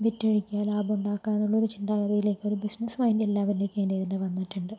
വിറ്റഴിക്കുക ലാഭം ഉണ്ടാക്കുക എന്നുള്ളൊരു ചിന്താ ഗതിയിലേക്കൊരു ബിസിനസ്സ് മൈൻഡ് എല്ലാവരിലേക്കും ഇതിൻ്റെ തന്നെ വന്നിട്ടുണ്ട്